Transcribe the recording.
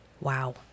Wow